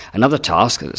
another task,